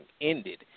ended